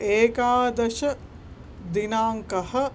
एकादशदिनाङ्कः